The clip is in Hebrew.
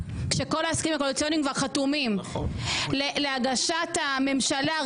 כשכל ההסכמים הקואליציוניים כבר חתומים להגשת הממשלה,